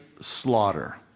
slaughter